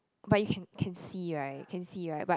but you can can see right can see right but